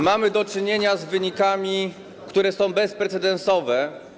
Mamy do czynienia z wynikami, które są bezprecedensowe.